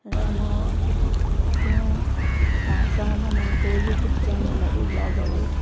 र म आफ्नो भाषामा बनाएको युट्युब च्यानलहरू भ्लगहरू